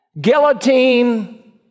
guillotine